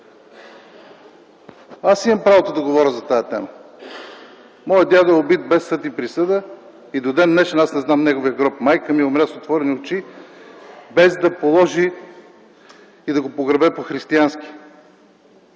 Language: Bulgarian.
Аз имам правото да говоря по тази тема. Моят дядо е убит без съд и присъда и до ден-днешен аз не знам неговия гроб. Майка ми умря с отворени очи, без да може да го положи и да го погребе по християнски.